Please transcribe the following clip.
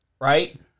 right